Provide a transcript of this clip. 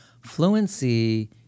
Fluency